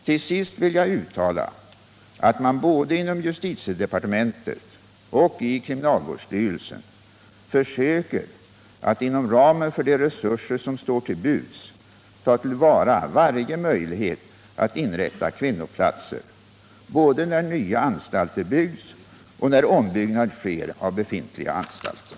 Till sist vill jag uttala att man både inom justitiedepartementet och i kriminalvårdsstyrelsen försöker att inom ramen för de resurser som står till buds ta till vara varje möjlighet att inrätta kvinnoplatser, både när nya anstalter byggs och när ombyggnad sker av befintliga anstalter.